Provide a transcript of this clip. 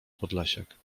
podlasiak